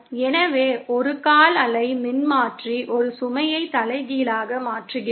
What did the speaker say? எனவே ஒரு கால் அலை மின்மாற்றி ஒரு சுமையை தலைகீழாக மாற்றுகிறது